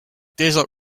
desert